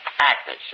Actors